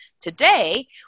Today